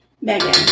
Megan